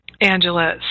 Angela